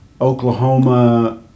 Oklahoma